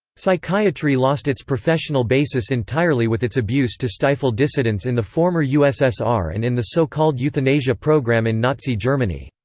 psychiatry lost its professional basis entirely with its abuse to stifle dissidence in the former ussr and in the so-called euthanasia program in nazi germany.